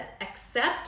accept